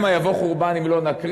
אף שאמרו: שמא יבוא חורבן אם לא נקריב,